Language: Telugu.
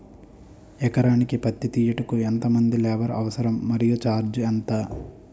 ఎకరానికి పత్తి తీయుటకు ఎంత మంది లేబర్ అవసరం? మరియు ఛార్జ్ ఎంత?